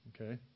okay